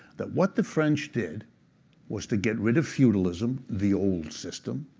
that what the french did was to get rid of feudalism, the old system,